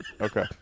Okay